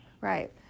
Right